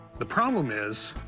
the problem is